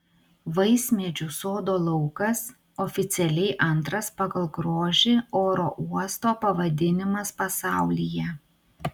vaismedžių sodo laukas oficialiai antras pagal grožį oro uosto pavadinimas pasaulyje